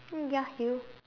mm ya you